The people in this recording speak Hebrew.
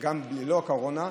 גם ללא הקורונה,